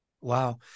Wow